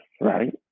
right